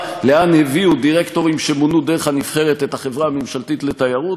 לאן הביאו דירקטורים שמונו דרך הנבחרת את החברה הממשלתית לתיירות,